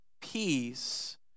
peace